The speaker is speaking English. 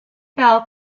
bell